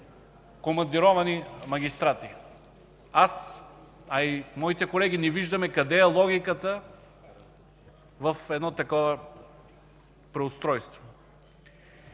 командировани магистрати. Аз, а и моите колеги не виждаме къде е логиката в едно такова преустройство.